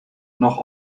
noch